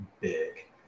big